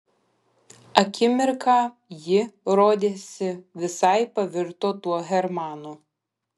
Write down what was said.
akimirką ji rodėsi visai pavirto tuo hermanu